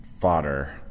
fodder